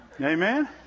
Amen